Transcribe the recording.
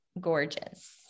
gorgeous